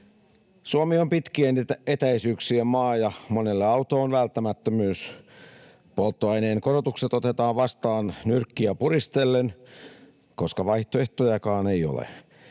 Suomi on pitkien etäisyyksien maa, ja monelle auto on välttämättömyys. Polttoaineen korotukset otetaan vastaan nyrkkiä puristellen, koska vaihtoehtojakaan ei ole.